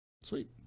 Sweet